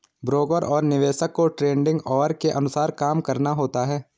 broker और निवेशक को ट्रेडिंग ऑवर के अनुसार काम करना होता है